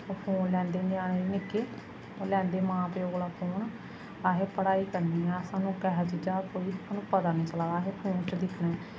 ओह् फोन लैंदे ञ्याने निक्के ओह् लैंदे मां प्यो कोला फोन आखदे पढ़ाई करनी ऐ सानूं किसै चीज़ा दा पता निं चला दा ऐ असें फोना च दिक्खना ऐ